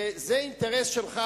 זה אינטרס שלך,